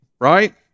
Right